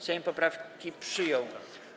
Sejm poprawki przyjął.